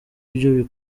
byo